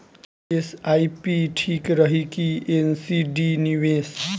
SIP ठीक रही कि एन.सी.डी निवेश?